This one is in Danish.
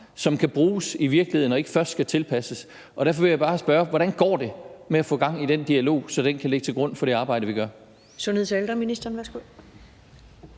som kan bruges i virkeligheden og ikke først skal tilpasses. Derfor vil jeg bare spørge, hvordan det går med at få gang i den dialog, så den kan ligge til grund for det arbejde, vi gør. Kl. 14:11 Første næstformand